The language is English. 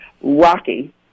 rocky